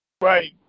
Right